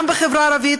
גם בחברה הערבית,